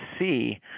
see